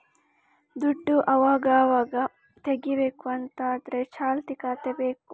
ದುಡ್ಡು ಅವಗಾವಾಗ ತೆಗೀಬೇಕು ಅಂತ ಆದ್ರೆ ಚಾಲ್ತಿ ಖಾತೆ ಬೇಕು